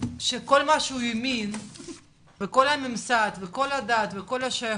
שכל מה שהוא האמין וכל הממסד וכל הדת וכל השייכות,